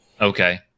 Okay